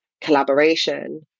collaboration